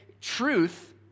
truth